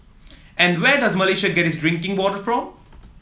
and where does Malaysia get its drinking water from